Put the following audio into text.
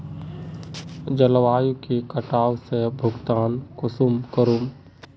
जलवायु के कटाव से भुगतान कुंसम करूम?